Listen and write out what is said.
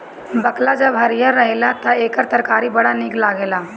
बकला जब हरिहर रहेला तअ एकर तरकारी बड़ा निक लागेला